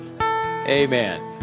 Amen